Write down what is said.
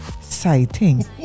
sighting